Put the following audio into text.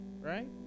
right